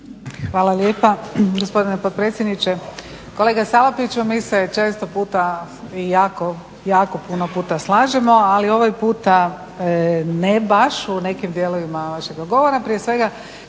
Hvala lijepa gospodine potpredsjedniče. Kolega Salapiću, mi se često puta i jako, jako puno puta slažemo, ali ovaj puta ne baš u nekim dijelovima vašega govora. Prije svega,